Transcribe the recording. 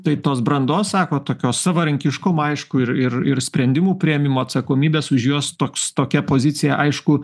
tai tos brandos sakot tokios savarankiškumo aišku ir ir ir sprendimų priėmimo atsakomybės už juos toks tokia pozicija aišku